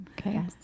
Okay